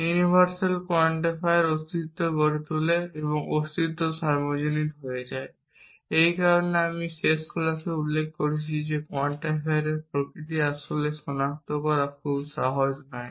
universal quantifier অস্তিত্বশীল হয়ে ওঠে এবং অস্তিত্ব সার্বজনীন হয়ে যায় এই কারণেই আমি শেষ ক্লাসে উল্লেখ করেছি যে কোয়ান্টিফায়ারের প্রকৃতি আসলে কী তা সনাক্ত করা খুব সহজ নয়